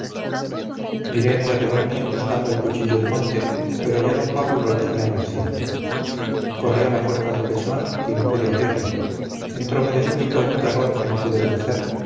miré en derredor mío buscando el cuchillo de monte pero ya d pablo lo tenía en el cinto corrí a la puerta del desván y no pude abrirla entrome de súbito un terror que no pude vencer